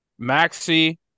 Maxi